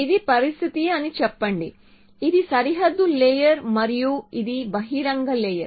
ఇది పరిస్థితి అని చెప్పండి ఇది సరిహద్దు లేయర్ మరియు ఇది బహిరంగ లేయర్